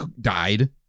died